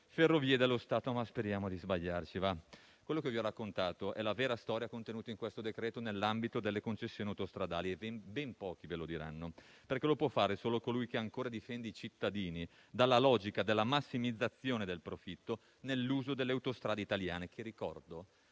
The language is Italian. Ferrovie dello Stato. Ma speriamo di sbagliarci. Ciò che vi ho raccontato è la vera storia contenuta in questo decreto-legge nell'ambito delle concessioni autostradali e ben pochi ve lo diranno, perché lo può fare solo colui che ancora difende i cittadini dalla logica della massimizzazione del profitto nell'uso delle autostrade italiane, che - ricordo